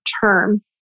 term